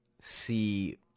see